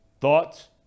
Thoughts